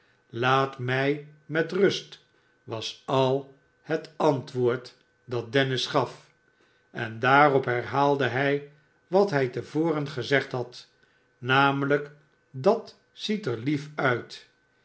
laat mij met rust was al het antwoord dat dennis gaf en daarop herhaalde hij wat hij te voren gezegd had namelijk dat ziet er lief uit